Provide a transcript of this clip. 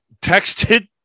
texted